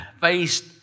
faced